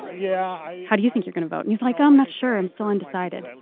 yeah how do you think you're gonna vote? he's like, i'm not sure. i'm still undecided. and